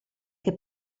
che